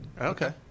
Okay